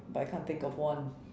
but I can't think of one